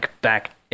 back